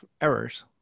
errors